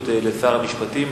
לשאילתות לשר המשפטים.